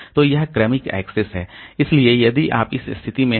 तो यह क्रमिक एक्सेस है इसलिए यदि आप इस स्थिति में हैं